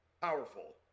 powerful